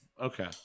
Okay